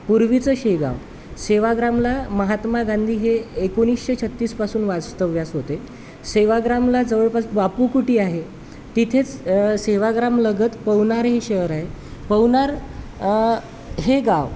पूर्वीचं शेगाव सेवाग्रामला महात्मा गांधी हे एकोणीशे छत्तीसपासून वास्तव्यास होते सेवाग्रामला जवळपास बापूकुटी आहे तिथेच सेवाग्राम लगत पवनार हे शहर आहे पवनार हे गाव